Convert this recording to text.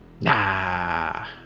Nah